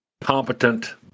competent